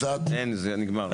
אין זה נגמר.